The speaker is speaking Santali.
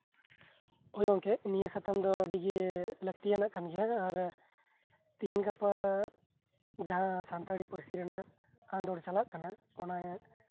ᱦᱳᱭ ᱜᱚᱢᱠᱮ ᱱᱤᱭᱟᱹ ᱥᱟᱛᱟᱢ ᱫᱚ ᱟᱹᱰᱤᱜᱮ ᱞᱟᱹᱠᱛᱤ ᱭᱟᱱᱟᱜ ᱠᱟᱱ ᱜᱮᱭᱟ ᱛᱤᱦᱤᱧ ᱜᱟᱯᱟ ᱡᱟᱸᱦᱟ ᱥᱟᱱᱛᱟᱲᱤ ᱯᱟᱹᱨᱥᱤ ᱨᱮᱱᱟᱜ ᱟᱸᱫᱳᱲ ᱪᱟᱞᱟᱜ ᱠᱟᱱᱟ